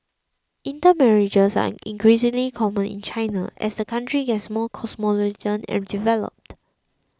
intermarriages are increasingly common in China as the country more cosmopolitan and developed